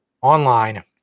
online